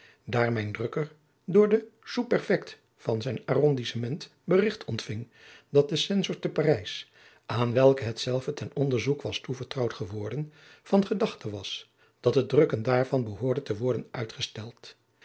daar mijn drukker door den sousprefect van zijn arrondissement berigt ontving dat de censor te parijs aan welken hetzelve ten onderzoek was toevertrouwd geworden van gedachte was dat het drukken daarvan behoorde te worden uitgesteld